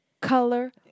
color